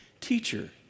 teacher